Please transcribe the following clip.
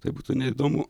tai būtų neįdomu